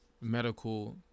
medical